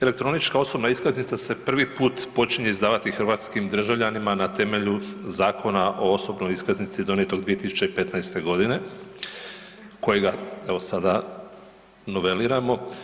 Elektronička osobna iskaznica se prvi put počinje izdavati hrvatskim državljanima na temelju Zakona o osobnoj iskaznici donijetog 2015.g. kojega evo sada noveliramo.